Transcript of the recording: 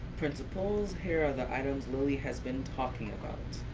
principals, here are the items lilly has been talking about.